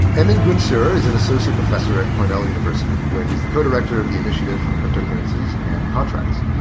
emin gun sirer is an associate professor at cornell university, where he's the co-director of the initiative for cryptocurrencies and contracts.